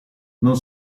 non